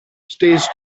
stays